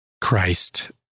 Christ